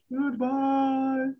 Goodbye